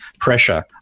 pressure